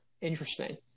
Interesting